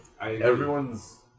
Everyone's